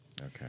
Okay